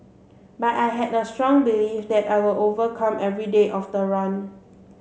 but I had a strong belief that I will overcome every day of the run